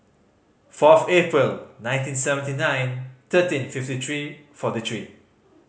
fourth April nineteen seventy nine thirteen fifty three forty three